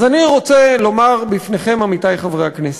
אז אני רוצה לומר לכם, עמיתי חברי הכנסת,